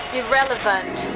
irrelevant